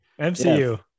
MCU